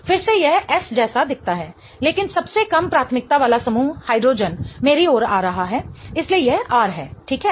फिर से यह S जैसा दिखता है लेकिन सबसे कम प्राथमिकता वाला समूह हाइड्रोजन मेरी ओर आ रहा है इसलिए यह R है ठीक है